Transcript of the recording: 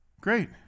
Great